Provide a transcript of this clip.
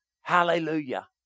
Hallelujah